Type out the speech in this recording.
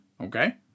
Okay